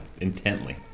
intently